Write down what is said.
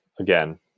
again